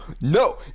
No